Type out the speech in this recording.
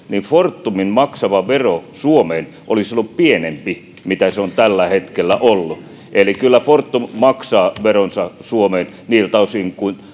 niin fortumin maksama vero suomeen olisi ollut pienempi kuin se on tällä hetkellä ollut eli kyllä fortum maksaa veronsa suomeen niiltä osin kuin